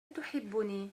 تحبني